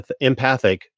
empathic